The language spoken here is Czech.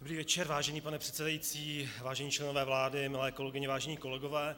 Dobrý večer, vážený pane předsedající, vážení členové vlády, milé kolegyně, vážení kolegové.